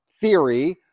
theory